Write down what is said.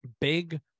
Big